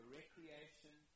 recreation